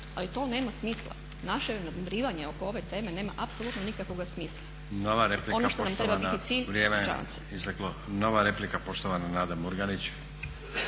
Ali to nema smisla, naše nadmudrivanje oko ove teme nema apsolutno nikakvoga smisla. Ono što nam treba biti cilj … …/Upadica Stazić: Nova replika. Poštovana, vrijeme.